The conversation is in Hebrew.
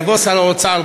יבוא שר האוצר,